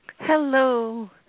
Hello